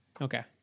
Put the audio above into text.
Okay